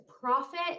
profit